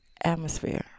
atmosphere